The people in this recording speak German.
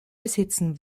besitzen